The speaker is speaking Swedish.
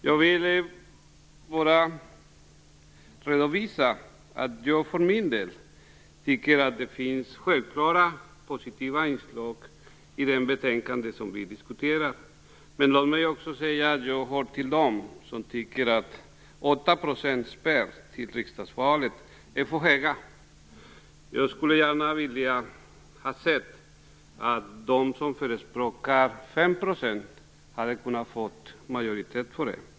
Jag vill redovisa att jag för min del tycker att det finns självklara positiva inslag i det betänkande som vi nu diskuterar, men låt mig också säga att jag tillhör dem som tycker att en 8 % spärr vid riksdagsvalet är för hög. Jag skulle gärna ha sett att de som förespråkar en 5 % spärr hade kunnat få majoritet.